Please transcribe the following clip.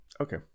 Okay